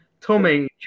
Tommy